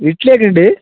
ഇഡ്ഡ്ലിയൊക്കെ ഉണ്ട്